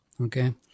okay